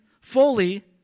fully